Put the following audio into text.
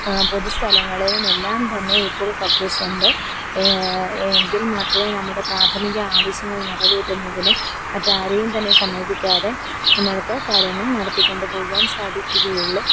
പൊതുസ്ഥലങ്ങളിലും എല്ലാം തന്നെ ഇപ്പോൾ കക്കൂസുണ്ട് എങ്കിൽ മാത്രമേ നമ്മുടെ പ്രാഥമിക ആവശ്യങ്ങൾ നിറവേറ്റുന്നതിന് മറ്റാരെയും തന്നെ സമീപിക്കാതെ നമ്മൾക്ക് കാര്യങ്ങൾ നടത്തിക്കൊണ്ടു പോകുവാൻ സാധിക്കുകയുള്ളൂ